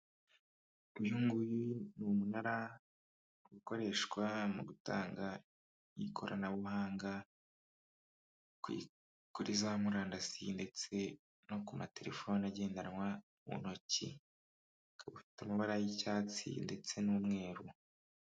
Uyunguyu n'umunara ukoreshwa mu gutanga ikoranabuhanga kuri za murandasi ndetse no ku matelefone agendanwa mu ntoki, ufite amabara y'icyatsi ndetse n'umweru.